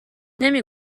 نمی